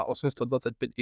825